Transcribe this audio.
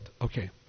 Okay